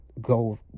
go